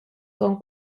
con